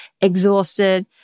exhausted